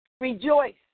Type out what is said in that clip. Rejoice